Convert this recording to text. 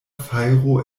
fajro